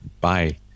bye